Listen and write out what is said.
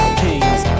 kings